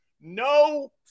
No